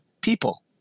people